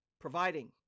providing